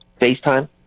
FaceTime